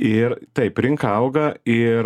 ir taip rinka auga ir